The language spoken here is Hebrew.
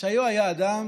שהיה היה אדם